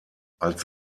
als